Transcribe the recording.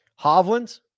Hovland